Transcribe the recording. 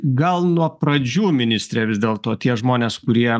gal nuo pradžių ministre vis dėlto tie žmonės kurie